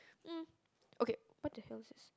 mm okay what the hell is this